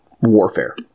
warfare